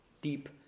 deep